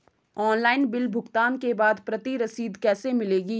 Online bill भुगतान के बाद प्रति रसीद कैसे मिलेगी?